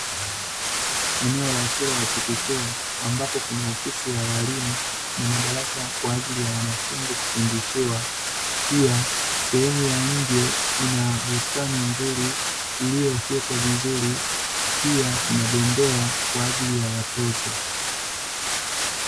Eneo la shule ya chekechea ambapo kuna ofisi ya walimu na madarasa kwa ajili ya wanafunzi kufundishiwa. Pia sehemu ya nje ina bustani nzuri iliyofyekwa vizuri, pia kuna bembea kwa ajili ya watoto.